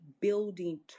building